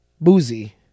Boozy